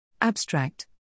Abstract